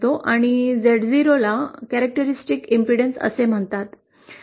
आणि Z0 ला वैशिष्ट्यपूर्ण अडथळा असे म्हणतात